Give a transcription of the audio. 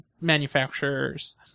manufacturers